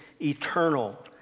eternal